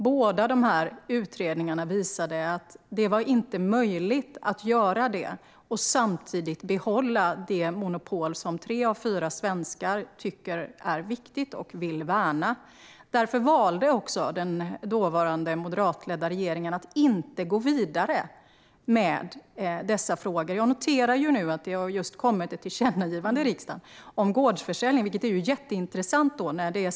Båda utredningarna visade att det inte var möjligt och samtidigt behålla det monopol som tre av fyra svenskar tycker är viktigt och vill värna. Därför valde också den dåvarande moderatledda regeringen att inte gå vidare med dessa frågor. Jag noterar nu att det har kommit ett tillkännagivande från riksdagen om gårdsförsäljning, vilket är mycket intressant.